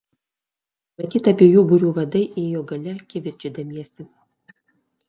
matyt abiejų būrių vadai ėjo gale kivirčydamiesi